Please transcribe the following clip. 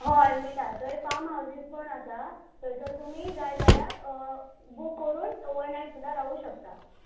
हय मेळटा थंय फार्म हावजीस पण आसा थंयसर तुमी जाय जाल्यार बूक करून ओवरनायट सुद्दां रावूंक शकतात